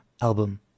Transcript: album